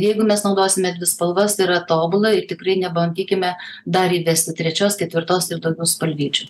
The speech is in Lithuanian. jeigu mes naudosime dvi spalvas tai yra tobula ir tikrai nebandykime dar įvesti trečios ketvirtos ir daugiau spalvyčių